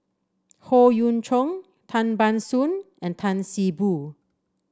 Howe Yoon Chong Tan Ban Soon and Tan See Boo